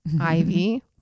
Ivy